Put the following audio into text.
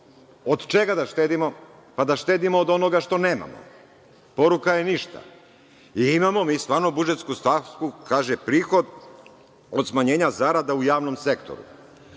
od čega da štedimo? Da štedimo od onoga što nemamo. Poruka je ništa. Imamo stvarno budžetsku stavku, kaže – prihod od smanjenja zarada u javnom sektoru.